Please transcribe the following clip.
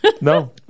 No